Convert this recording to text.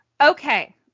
Okay